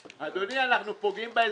אדוני, אנחנו פוגעים באזרחים.